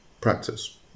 practice